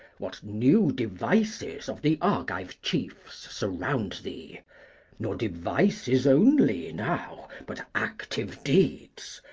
what new devices of the argive chiefs surround thee nor devices only now, but active deeds,